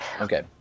Okay